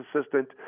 assistant